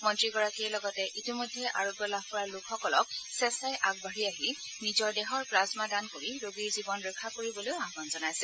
মন্ত্ৰীগৰাকীয়ে লগতে ইতিমধ্যে আৰোগ্য লাভ কৰা লোকসকলক স্বেচ্ছাই আগবাঢ়ি আহি নিজৰ দেহৰ প্লাজমা দান কৰি ৰোগীৰ জীৱন ৰক্ষা কৰিবলৈও আহ ান জনাইছে